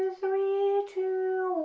three, two,